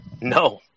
No